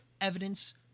evidence